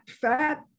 fat